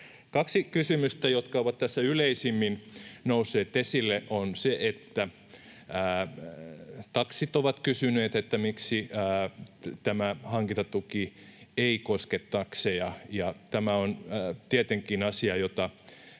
Kaksi kysymystä, jotka ovat tässä yleisimmin nousseet esille: Taksit ovat kysyneet, miksi tämä hankintatuki ei koske takseja, ja tämä on tietenkin asia, johon